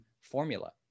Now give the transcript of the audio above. formula